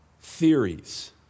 theories